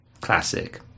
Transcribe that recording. Classic